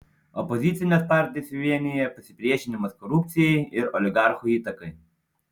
opozicines partijas vienija pasipriešinimas korupcijai ir oligarchų įtakai